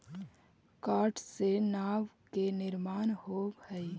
काठ से नाव के निर्माण होवऽ हई